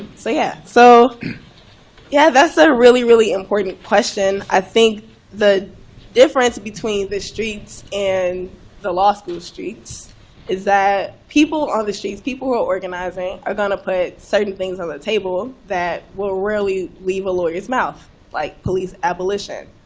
so yeah. so yeah, that's a really, really important question. i think the difference between the streets and the law school streets is that people on the streets, people who are organizing, are going to put certain things on the table that will rarely leave a lawyer's mouth like police abolition,